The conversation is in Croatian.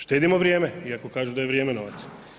Štedimo vrijeme, iako kažu da je vrijeme novac.